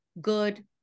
good